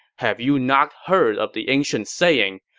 have you not heard of the ancient saying,